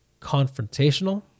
confrontational